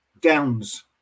Downs